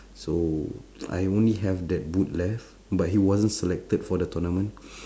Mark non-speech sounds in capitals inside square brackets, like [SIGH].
so I only have that boot left but he wasn't selected for the tournament [BREATH]